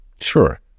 Sure